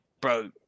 bro